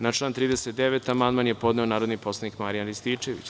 Na član 39. amandman je podneo narodni poslanik Marijan Rističević.